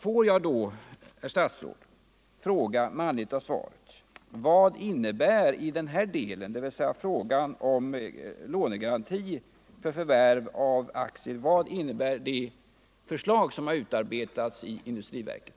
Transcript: Får jag då, herr statsråd, med anledning av svaret fråga: Vad innebär = i den mån det gäller lånegaranti för förvärv av aktier — det förslag som har utarbetats i industriverket?